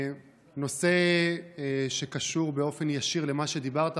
נושא שקשור באופן ישיר למה שדיברת עכשיו,